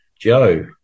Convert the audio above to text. Joe